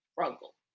struggle